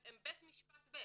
הם בית משפט בעצם.